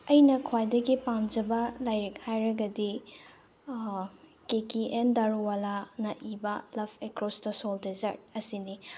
ꯑꯩꯅ ꯈ꯭ꯋꯥꯏꯗꯒꯤ ꯄꯥꯝꯖꯕ ꯂꯥꯏꯔꯤꯛ ꯍꯥꯏꯔꯒꯗꯤ ꯀꯦ ꯀꯦ ꯑꯦꯟ ꯗꯥꯔꯨꯋꯥꯂꯥꯅ ꯏꯕ love across the soul desert ꯑꯁꯤꯅꯤ